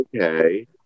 okay